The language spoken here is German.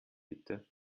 bitte